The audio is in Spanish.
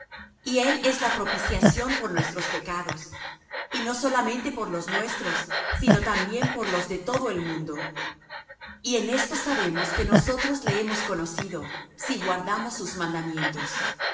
y él es la propiciación por nuestros pecados y no solamente por los nuestros sino también por los de todo el mundo y en esto sabemos que nosotros le hemos conocido si guardamos sus mandamientos